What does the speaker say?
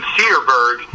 Cedarburg